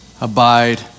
abide